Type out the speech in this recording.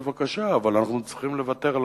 בבקשה, אבל אנחנו צריכים לוותר,